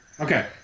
Okay